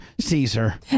Caesar